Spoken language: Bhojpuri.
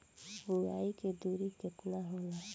बुआई के दूरी केतना होला?